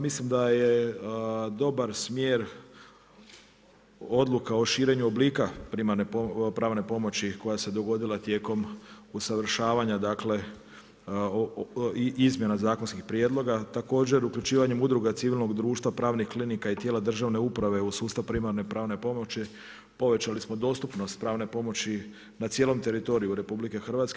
Mislim da je dobar smjer odluka o širenju oblika primarne pravne pomoći koja se dogodila tijekom usavršavanja i izmjena zakonskih prijedloga, također uključivanjem udruga civilnog društva, pravnih klinika i tijela državne uprave u sustav primarne pravne pomoći povećali smo dostupnost pravne pomoći na cijelom teritoriju RH.